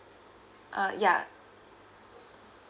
uh ya